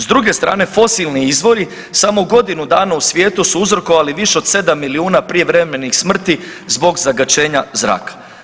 S druge strane, fosilni izvori, samo u godinu dana u svijetu su uzrokovali više od 7 milijuna prijevremenih smrti zbog zagađenja zraka.